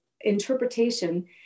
interpretation